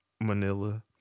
manila